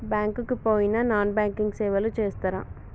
Bank కి పోయిన non banking సేవలు చేస్తరా?